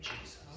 Jesus